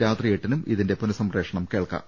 രാത്രി എട്ടിനും ഇതിന്റെ പുനസംപ്രേഷണം കേൾക്കാം